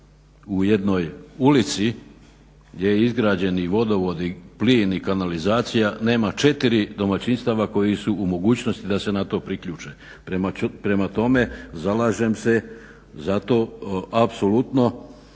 u jednoj ulici je izgrađen i vodovod i plin i kanalizacija, nema 4 domaćinstava koje su u mogućnosti da se na to priključe. Prema tome zalažem zato apsolutno